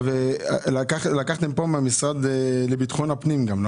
לקחתם כאן גם מהמשרד לביטחון פנים.